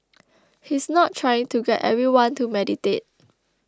he is not trying to get everyone to meditate